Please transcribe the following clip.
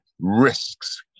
risks